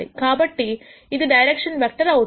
కాబట్టి ఇది direction vector అవుతుంది